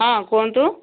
ହଁ କୁହନ୍ତୁ